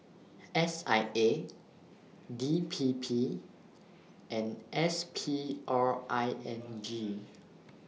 S I A D P P and S P R I N G